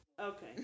Okay